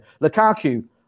Lukaku